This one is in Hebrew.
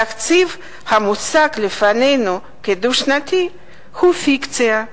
התקציב המוצג לפנינו כדו-שנתי הוא פיקציה,